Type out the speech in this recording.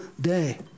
day